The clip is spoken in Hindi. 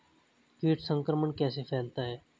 कीट संक्रमण कैसे फैलता है?